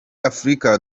afurika